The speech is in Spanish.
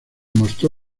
mostró